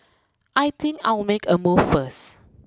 I think I'll make a move first